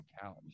couch